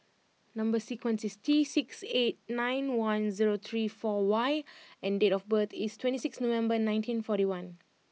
number sequence is T six eight nine one zero three four Y and date of birth is twenty sixth November nineteen forty one